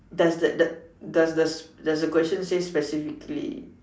does that does does this the question say specifically